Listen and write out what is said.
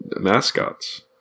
mascots